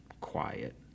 quiet